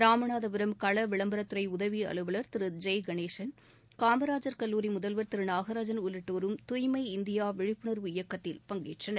இராமநாதபுரம் கள விளம்பரத்துறைஉதவிஅலுவலர் திருஜெய்கணேஷன் காமராஜர் கல்லூரி முதல்வர் திருநாகராஜன் உள்ளிட்டோரும் தூய்மை இந்தியாவிழிப்புணர்வு இயக்கத்தில் பங்கேற்றனர்